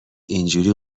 اینجوری